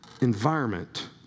environment